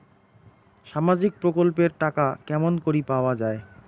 সামাজিক প্রকল্পের টাকা কেমন করি পাওয়া যায়?